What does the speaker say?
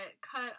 cut